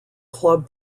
club